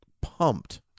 pumped